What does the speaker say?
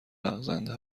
لغزنده